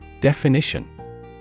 Definition